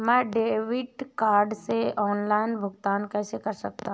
मैं debit card से online भुगतान कैसे कर सकता हूँ?